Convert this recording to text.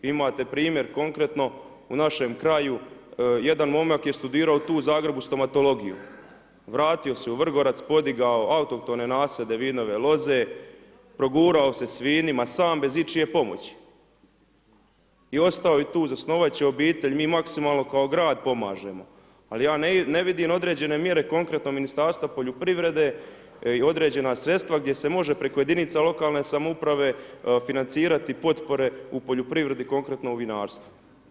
Imate primjer konkretno u našem kraju jedan momak je studirao tu u Zagrebu stomatologiju, vratio se u Vrgorac, podigao autohtone nasade vinove loze, progurao se s vinima sam, bez ičije pomoći i ostao je tu, zasnovat će obitelj, mi maksimalno kao grad pomažemo, ali ja ne vidim određene mjere konkretno Ministarstva poljoprivrede i određena sredstva gdje se može preko jedinica lokalne samouprave financirati potpore u poljoprivredi, konkretno u vinarstvu.